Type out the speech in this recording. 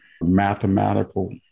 mathematical